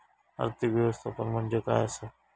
आर्थिक व्यवस्थापन म्हणजे काय असा?